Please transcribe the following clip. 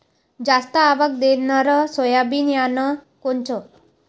जास्त आवक देणनरं सोयाबीन बियानं कोनचं?